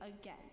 again